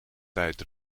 tijd